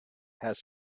has